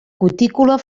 cutícula